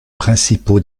principaux